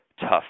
tough